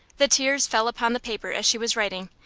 the tears fell upon the paper as she was writing,